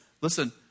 listen